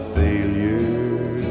failure